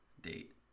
date